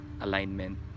alignment